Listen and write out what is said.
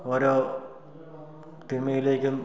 ഓരോ തിന്മയിലേക്കും